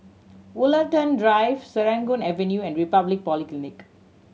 Woollerton Drive Serangoon Avenue and Republic Polytechnic